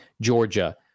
Georgia